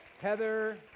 Heather